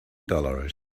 dollars